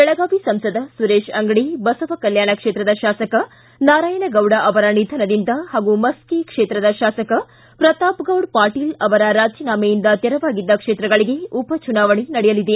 ಬೆಳಗಾವಿ ಸಂಸದ ಸುರೇಶ ಅಂಗಡಿ ಬಸವಕಲ್ಕಾಣ ಕ್ಷೇತ್ರದ ಶಾಸಕ ನಾರಾಯಣರಾವ್ ಅವರ ನಿಧನದಿಂದ ಹಾಗೂ ಮಸ್ಕಿ ಕ್ಷೇತ್ರದ ಶಾಸಕ ಪ್ರತಾಪ್ಗೌಡ ಪಾಟೀಲ್ ಅವರ ರಾಜಿನಾಮೆಯಿಂದ ತೆರವಾಗಿದ್ದ ಕ್ಷೇತ್ರಗಳಿಗೆ ಉಪಚುನಾವಣೆ ನಡೆಯಲಿದೆ